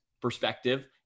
perspective